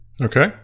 Okay